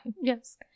Yes